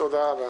תודה רבה.